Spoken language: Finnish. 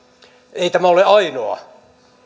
ei tämä ole ainoa